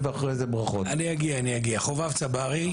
שמי חובב צברי,